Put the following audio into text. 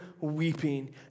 weeping